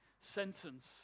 sentence